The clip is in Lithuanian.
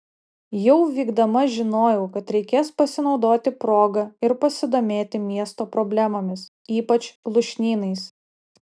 jau vykdama žinojau kad reikės pasinaudoti proga ir pasidomėti miesto problemomis ypač lūšnynais